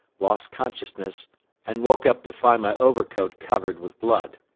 lost consciousness and woke up to find my overcoat covered with blood.